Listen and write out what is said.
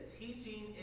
teaching